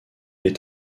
est